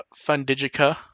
Fundigica